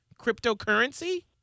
cryptocurrency